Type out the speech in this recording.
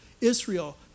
Israel